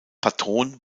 patron